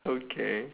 okay